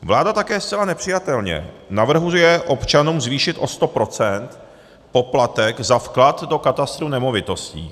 Vláda také zcela nepřijatelně navrhuje občanům zvýšit o 100 % poplatek za vklad do katastru nemovitostí.